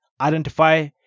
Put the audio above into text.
Identify